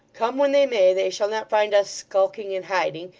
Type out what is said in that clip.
come when they may, they shall not find us skulking and hiding,